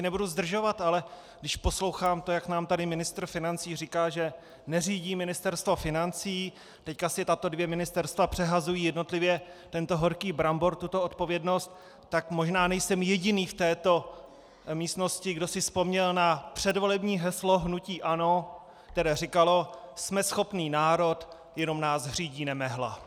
Nebudu zdržovat, ale když poslouchám to, jak nám tady ministr financí říká, že neřídí Ministerstvo financí, teď si tato dvě ministerstva přehazují jednotlivě tento horký brambor, tuto odpovědnost, tak možná nejsem jediný v této místnosti, kdo si vzpomněl na předvolební heslo hnutí ANO, které říkalo: Jsme schopný národ, jenom nás řídí nemehla.